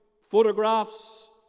photographs